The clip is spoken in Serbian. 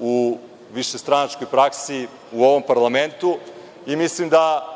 u višestranačkoj praksi u ovom parlamentu. Mislim da